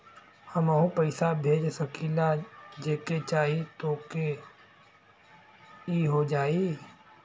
हमहू पैसा भेज सकीला जेके चाही तोके ई हो जाई?